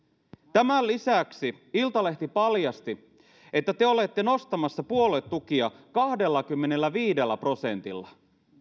tämän lisäksi iltalehti paljasti että te olette nostamassa puoluetukia kahdellakymmenelläviidellä prosentilla